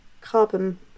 carbon